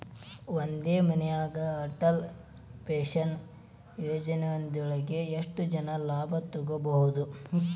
ಒಂದೇ ಮನ್ಯಾಗ್ ಅಟಲ್ ಪೆನ್ಷನ್ ಯೋಜನದೊಳಗ ಎಷ್ಟ್ ಜನ ಲಾಭ ತೊಗೋಬಹುದು?